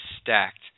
stacked